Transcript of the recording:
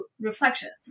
Reflections